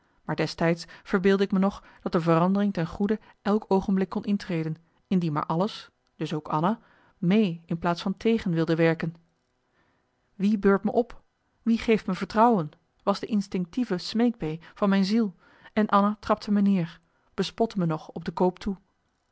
maar destijds verbeeldde ik me nog dat de verandering ten goede elk oogenblik kon intreden indien maar alles dus ook anna mee in plaats van tegen wilde werken wie beurt me op wie geeft me vertrouwen was de instinctieve smeekbee van mijn ziel en anna trapte me neer bespotte me nog op de koop toe